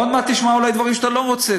עוד מעט תשמע אולי דברים שאתה לא רוצה.